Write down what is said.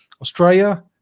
Australia